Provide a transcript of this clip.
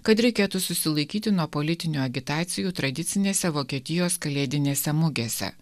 kad reikėtų susilaikyti nuo politinių agitacijų tradicinėse vokietijos kalėdinėse mugėse